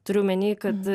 turiu omeny kad